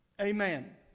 Amen